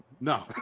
No